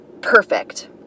perfect